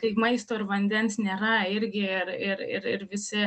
kai maisto ir vandens nėra irgi ir ir ir ir visi